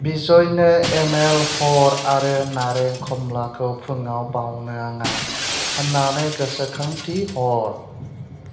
बिजयनो email हर आरो नारें खमलाखौ फुङाव बावनाङा होनना गोसोखांथि हर